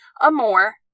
Amore